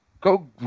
Go